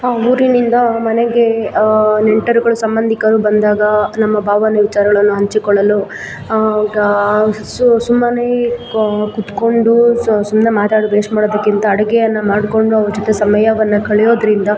ಊರಿನಿಂದ ಮನೆಗೇ ನೆಂಟರುಗಳು ಸಂಬಂಧಿಕರು ಬಂದಾಗ ನಮ್ಮ ಭಾವನೆ ವಿಚಾರಗಳನ್ನು ಹಂಚಿಕೊಳ್ಳಲು ಗಾ ಸುಮ್ಮನೇ ಕುತ್ಕೊಂಡೂ ಸುಮ್ಮನೇ ಮಾತಾಡೋ ವೇಸ್ಟ್ ಮಾಡೋದಕ್ಕಿಂತ ಅಡುಗೆಯನ್ನ ಮಾಡಿಕೊಂಡು ಅವ್ರ ಜೊತೆ ಸಮಯವನ್ನು ಕಳೆಯೋದ್ರಿಂದ